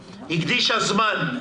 הקדישה זמן,